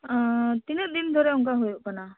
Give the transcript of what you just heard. ᱛᱤᱱᱟᱹ ᱫᱤᱱ ᱫᱷᱚᱨᱮ ᱚᱱᱠᱟ ᱦᱩᱭᱩᱜ ᱠᱟᱱᱟ